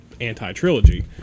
anti-trilogy